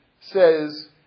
says